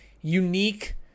unique